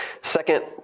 Second